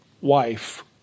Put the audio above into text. wife